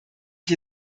ich